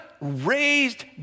raised